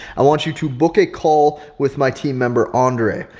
i want you to book a call with my team member andre.